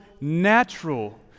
natural